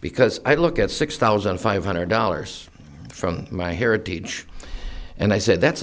because i look at six thousand five hundred dollars from my heritage and i said that's a